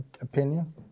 opinion